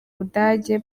budage